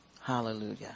Hallelujah